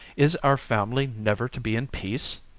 is our family never to be in peace?